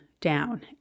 down